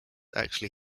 actually